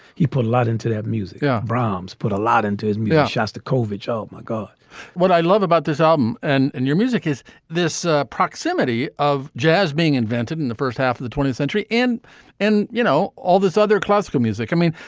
he put a lot into that music. yeah brahms put a lot into his yeah shostakovich. oh, my god what i love about this album and and your music is this proximity of jazz being invented in the first half of the twentieth century. and and, you know, all this other classical music, i mean,